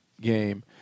game